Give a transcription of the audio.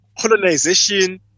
colonization